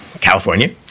California